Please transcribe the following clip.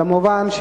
כמובן,